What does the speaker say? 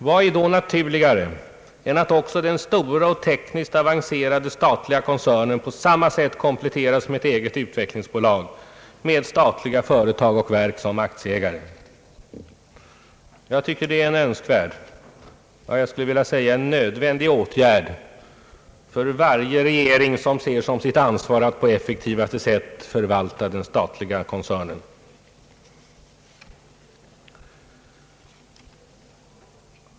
Vad är då naturligare än att också den stora och tekniskt avancerade statliga koncernen på samma sätt kompletteras med ett eget utvecklingsbolag där statliga företag och verk är aktieägare? Jag tycker att det är en önskvärd och — jag skulle vilja säga — nödvändig åtgärd för varje regering som ser såsom sitt ansvar att på effektivaste sätt förvalta den statliga koncernen.